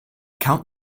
count